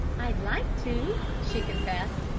i'd like to, she confessed,